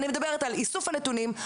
אני מדברת על איסוף הנתונים,